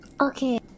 Okay